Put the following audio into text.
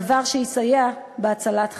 דבר שיסייע בהצלת חיים.